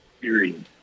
period